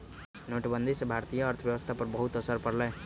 नोटबंदी से भारतीय अर्थव्यवस्था पर बहुत असर पड़ लय